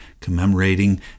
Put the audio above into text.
commemorating